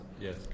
yes